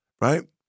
right